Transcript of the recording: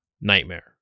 nightmare